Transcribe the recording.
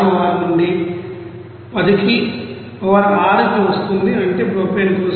66 నుండి 10 కి పవర్ 6 కి వస్తుంది అంటే ప్రొపేన్ కోసం